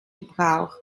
gebrauch